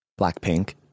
Blackpink